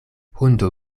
hundo